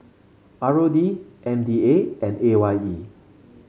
R O D M D A and A Y E